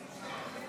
(קורא בשמות חברי הכנסת)